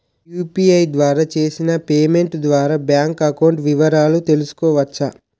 UPI ద్వారా చేసిన payment ద్వారా బ్యాంక్ అకౌంట్ వివరాలు తెలుసుకోవచ్చ?